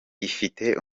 ifite